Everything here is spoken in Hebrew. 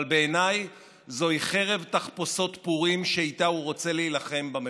אבל בעיניי זוהי חרב תחפושות פורים שאיתה הוא רוצה להילחם במחאה.